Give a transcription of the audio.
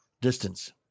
distance